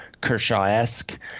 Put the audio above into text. Kershaw-esque